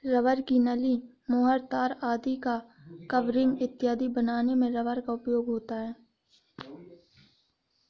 rubber की नली, मुहर, तार आदि का कवरिंग इत्यादि बनाने में रबर का उपयोग होता है